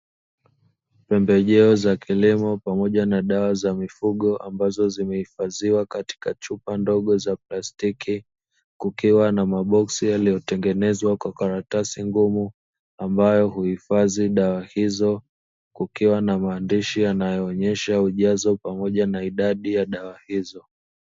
Pembejeo za kilimo pamoja na dawa za mifugo ambazo zimehifadhiwa katika chupa ndogo ya plastiki, kukiwa na maboksi yaliyotengenezwa kwa karatasi ngumu ambayo huhifadhi dawa hizo, kukiwa na maandishi yanayoonesha ujazo pamoja na idadi ya dawa hizo.